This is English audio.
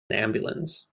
ambulance